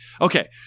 Okay